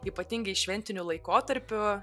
ypatingai šventiniu laikotarpiu